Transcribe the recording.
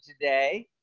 today